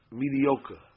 mediocre